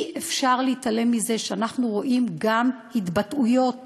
אי-אפשר להתעלם מזה שאנחנו רואים גם התבטאויות